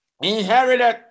inherited